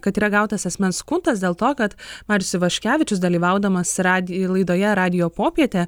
kad yra gautas asmens skundas dėl to kad marius ivaškevičius dalyvaudamas radijo laidoje radijo popietė